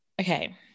Okay